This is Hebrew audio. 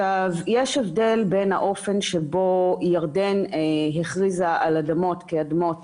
יש הבדל בין האופן שבו ירדן הכריזה על אדמות כאדמות